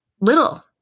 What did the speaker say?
little